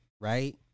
right